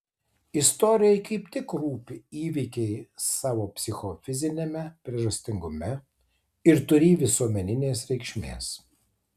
istorijai kaip tik rūpi įvykiai savo psichofiziniame priežastingume ir turį visuomeninės reikšmės